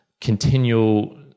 continual